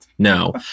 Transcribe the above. No